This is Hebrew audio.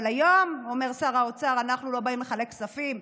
אבל היום אומר שר האוצר: אנחנו לא באים לחלק כספים.